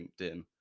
LinkedIn